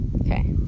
Okay